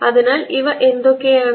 അതിനാൽ ഇവ എന്തൊക്കെയാണ്